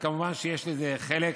וכמובן שיש לזה חלק